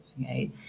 Okay